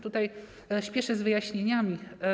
Tutaj spieszę z wyjaśnieniami.